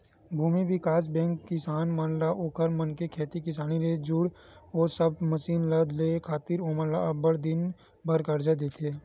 भूमि बिकास बेंक किसान मन ला ओखर मन के खेती किसानी ले जुड़े ओ सब मसीन मन ल लेय खातिर ओमन ल अब्बड़ दिन बर करजा देथे